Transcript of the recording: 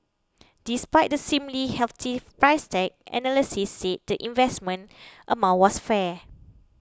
despite the seemingly hefty price tag analysts said the investment amount was fair